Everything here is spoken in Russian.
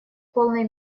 полной